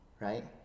right